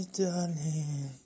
darling